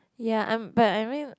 ya I'm but I mean